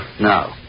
No